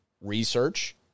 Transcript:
research